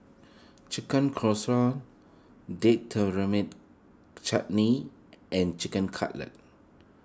Chicken Casserole Date Tamarind Chutney and Chicken Cutlet